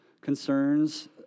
concerns